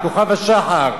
כוכב-השחר,